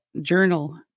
Journal